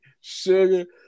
Sugar